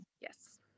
Yes